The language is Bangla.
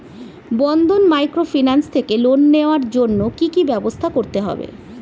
বন্ধন মাইক্রোফিন্যান্স থেকে লোন নেওয়ার জন্য কি কি ব্যবস্থা করতে হবে?